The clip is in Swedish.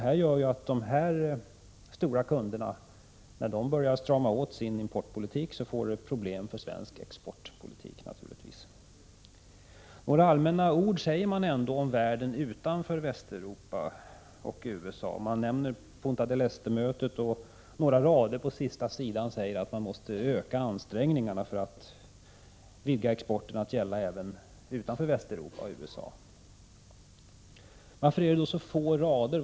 När dessa stora kunder börjar strama åt sin importpolitik leder det naturligtvis till problem för svensk exportpolitik. I regeringens deklaration sägs det ändå några allmänna ord om världen utanför Västeuropa och USA. Man nämner Punta del Este-mötet, och man ägnar några få rader på sista sidan åt att ansträngningarna måste ökas för att vidga exporten att gälla länder även utanför Västeuropa och USA. Varför ägnar man detta så få rader?